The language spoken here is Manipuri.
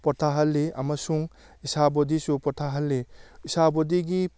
ꯄꯣꯊꯥꯍꯜꯂꯤ ꯑꯃꯁꯨꯡ ꯏꯁꯥ ꯕꯣꯗꯤꯁꯨ ꯄꯣꯊꯥꯍꯜꯂꯤ ꯏꯁꯥ ꯕꯣꯗꯤꯒꯤ